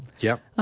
yep, ah